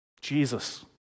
Jesus